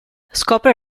scopre